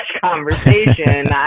conversation